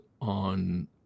on